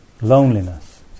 loneliness